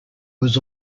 was